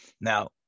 now